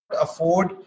afford